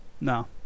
No